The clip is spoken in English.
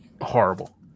horrible